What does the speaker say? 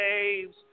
caves